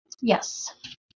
Yes